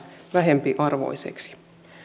vähempiarvoiseksi